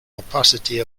opacity